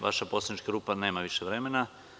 Vaša poslanička grupa nema više vremena.